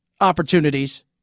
opportunities